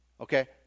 Okay